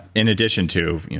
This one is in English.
in addition to,